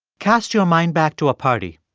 cast your mind back to a party,